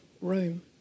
room